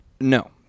No